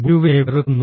ഗുരുവിനെ വെറുക്കുന്നു